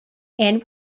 and